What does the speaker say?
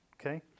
okay